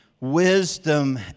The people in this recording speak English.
wisdom